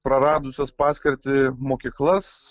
praradusias paskirtį mokyklas